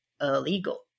illegal